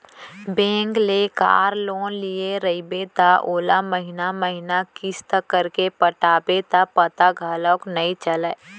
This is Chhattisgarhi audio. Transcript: बेंक ले कार लोन लिये रइबे त ओला महिना महिना किस्त करके पटाबे त पता घलौक नइ चलय